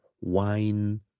wine